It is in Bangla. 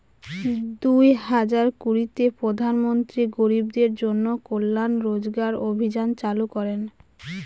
দুই হাজার কুড়িতে প্রধান মন্ত্রী গরিবদের জন্য কল্যান রোজগার অভিযান চালু করেন